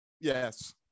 yes